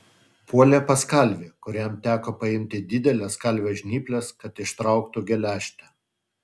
puolė pas kalvį kuriam teko paimti dideles kalvio žnyples kad ištrauktų geležtę